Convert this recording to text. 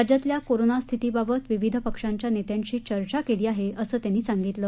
राज्यातल्या कोरोना स्थितीबाबत विविध पक्षांच्या नेत्यांशी चर्चा केली आहे असं त्यांनी सांगितलं